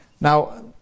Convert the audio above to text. Now